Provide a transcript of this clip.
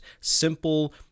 simple